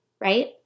right